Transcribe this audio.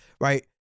right